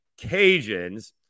Cajuns